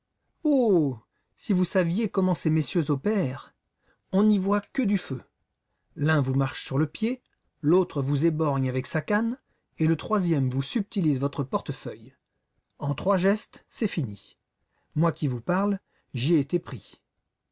si vous saviez comment ces messieurs opèrent on n'y voit que du feu l'un vous marche sur le pied l'autre vous éborgne avec sa canne et le troisième vous subtilise votre portefeuille en trois gestes c'est fini moi qui vous parle j'y ai été pris